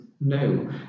no